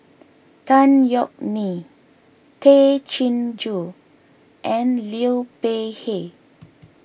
Tan Yeok Nee Tay Chin Joo and Liu Peihe